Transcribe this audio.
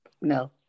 No